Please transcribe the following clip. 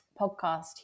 podcast